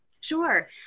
Sure